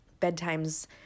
Bedtimes